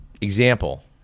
Example